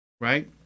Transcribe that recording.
right